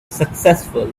successful